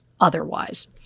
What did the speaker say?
otherwise